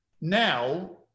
Now